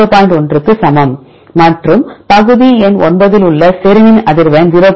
1 க்கு சமம் மற்றும் பகுதி எண் 9 இல் உள்ள செரினின் அதிர்வெண் 0